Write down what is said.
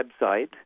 website